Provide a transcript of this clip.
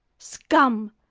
scum!